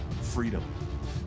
freedom